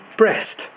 breast